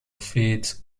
feeds